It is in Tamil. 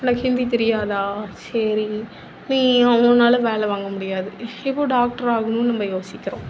உனக்கு ஹிந்தி தெரியாதா சரி நீ உங்களால வேலை வாங்க முடியாது இப்போ டாக்டராகணும்னு நம்ம யோசிக்கிறோம்